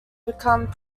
become